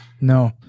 No